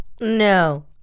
No